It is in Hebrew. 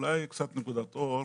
אולי קצת נקודת אור.